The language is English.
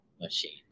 machine